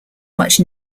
much